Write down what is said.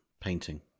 painting